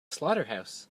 slaughterhouse